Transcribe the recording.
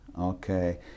Okay